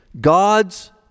God's